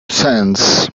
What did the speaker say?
sense